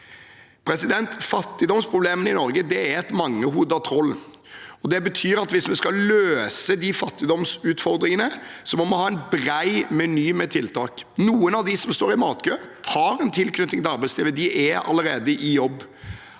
leve av. Fattigdomsproblemene i Norge er et mangehodet troll. Det betyr at hvis vi skal løse de fattigdomsutfordringene, må vi ha en bred meny med tiltak. Noen av dem som står i matkø, har en tilknytning til arbeidslivet. De er allerede i jobb.